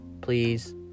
please